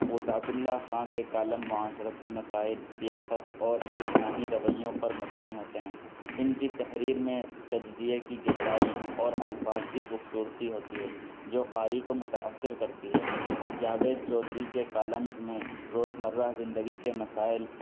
وسعت اللہ خاں کے کالم معاشرتی مسائل سیاست اور انسانی رویوں پر مبنی ہوتے ہیں ان کی تحریر میں تجزیے کی گہرائی اور الفاظ کی خوبصورتی ہوتی ہے جو قاری کو متاثر کرتی ہے جاوید چودھری کے کالمز میں روز مرہ زندگی کے مسائل